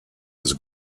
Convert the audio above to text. his